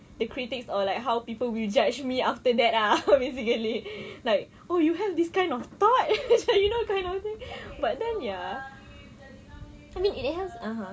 the critics or like how people will judge me after that ah basically like oh you have this kind of thought macam you know kind of thing but then ya I mean it has (uh huh)